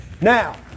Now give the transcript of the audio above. Now